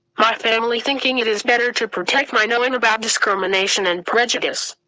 my family thinking it is better to protect my knowing about discrimination and prejudice.